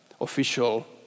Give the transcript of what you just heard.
official